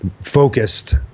focused